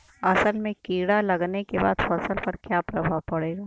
असल में कीड़ा लगने के बाद फसल पर क्या प्रभाव पड़ेगा?